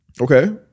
Okay